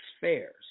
Fairs